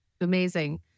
Amazing